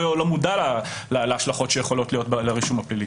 מודע להשלכות שיכולות להיות לזה מבחינת הרישום הפלילי.